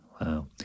Wow